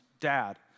dad